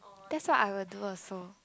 that's what I will do also